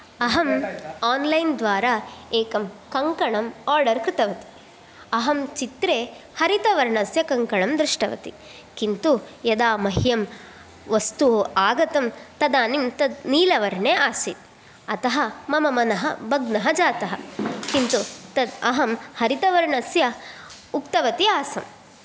अहं ओन्लैन् द्वारा एकं कङ्कणं ओर्डर् कृतवती अहं चित्रे हरितवर्णस्य कङ्कणं दृष्टवती किन्तु यदा मह्यं वस्तु आगतं तदानीं तद् नीलवर्णे आसीत् अतः मम मनः भग्नः जातः किन्तु तत् अहं हरितवर्णस्य उक्तवती आसं